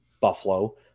Buffalo